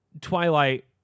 twilight